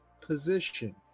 position